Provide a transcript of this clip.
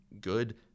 good